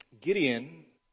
Gideon